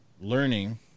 Learning